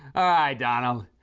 donald.